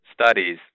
studies